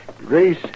Race